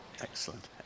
excellent